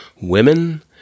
Women